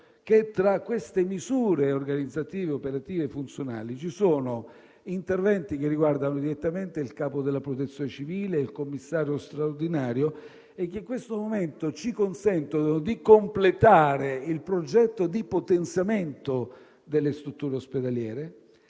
che tra le misure organizzative, operative e funzionali ci sono interventi che riguardano direttamente il capo della Protezione civile e il commissario straordinario che in questo momento ci consentono di completare il progetto di potenziamento delle strutture ospedaliere,